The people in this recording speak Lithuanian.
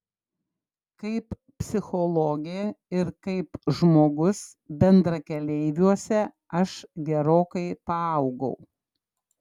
kaip psichologė ir kaip žmogus bendrakeleiviuose aš gerokai paaugau